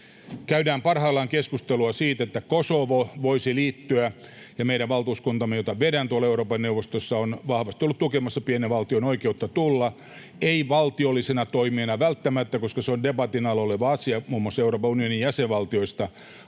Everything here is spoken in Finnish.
käydään keskustelua siitä, että Kosovo voisi liittyä, ja meidän valtuuskuntamme, jota vedän Euroopan neuvostossa, on vahvasti ollut tukemassa pienen valtion oikeutta tulla ei välttämättä valtiollisena toimijana, koska se on debatin alla oleva asia — muun muassa Euroopan unionin jäsenvaltioista